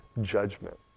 judgment